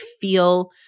feel